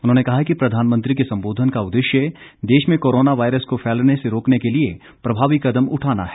उन्होंने कहा है कि प्रधानमंत्री के संबोधन का उदेश्य देश में कोरोना वायरस को फैलने से रोकने के लिए प्रभावी कदम उठाना है